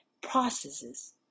processes